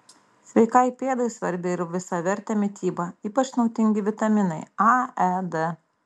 sveikai pėdai svarbi ir visavertė mityba ypač naudingi vitaminai a e d